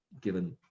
given